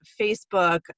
Facebook